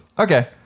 Okay